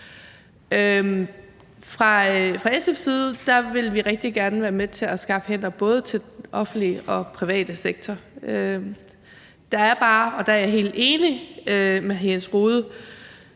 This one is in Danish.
Fra SF's side vi vil rigtig gerne være med til at skaffe hænder, både til den offentlige og den private sektor. Det er bare sådan – og